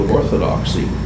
Orthodoxy